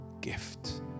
gift